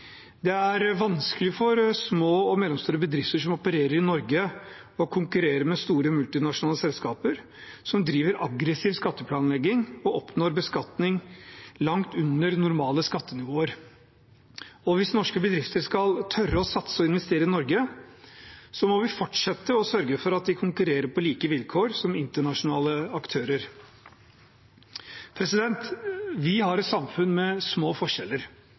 Det er vanskelig for små og mellomstore bedrifter som opererer i Norge, å konkurrere med store, multinasjonale selskaper som driver aggressiv skatteplanlegging og oppnår beskatning langt under normale skattenivåer. Hvis norske bedrifter skal tørre å satse og investere i Norge, må vi fortsette å sørge for at de konkurrerer på samme vilkår som internasjonale aktører. Vi har et samfunn med små forskjeller.